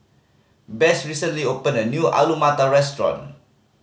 Besse recently opened a new Alu Matar Restaurant